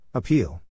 Appeal